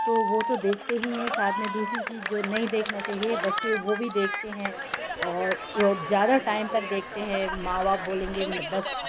तो वो तो देखते ही हैं साथ में दूसरी चीज जो नहीं देखना चाहिए बच्चे वो भी देखते हैं और ज़्यादा टाइम तक देखते हैं माँ बाप बोलेंगे बस